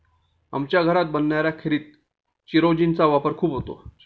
आमच्या घरात बनणाऱ्या खिरीत चिरौंजी चा वापर खूप होतो